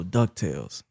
DuckTales